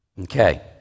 Okay